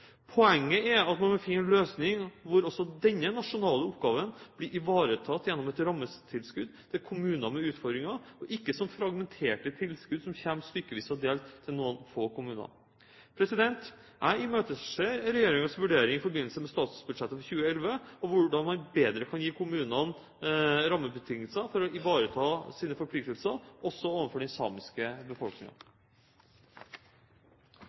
Poenget er at man må finne en løsning hvor også denne nasjonale oppgaven blir ivaretatt gjennom et rammetilskudd til kommuner med utfordringer, og ikke som fragmenterte tilskudd som kommer stykkevis og delt til noen få kommuner. Jeg imøteser regjeringens vurdering i forbindelse med statsbudsjettet for 2011 av hvordan man bedre kan gi kommunene rammebetingelser for å ivareta sine forpliktelser også overfor den samiske